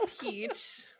peach